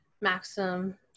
Maxim